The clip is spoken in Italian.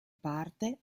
parte